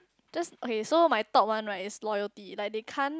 just okay so my top one right is loyalty like they can't